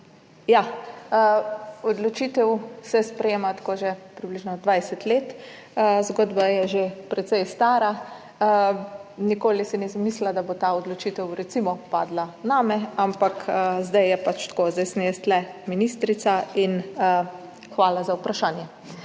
Odločitev se sprejema že približno 20 let, zgodba je že precej stara. Nikoli si nisem mislila, da bo ta odločitev recimo padla name, ampak zdaj je tako, zdaj sem jaz tukaj ministrica in hvala za vprašanje.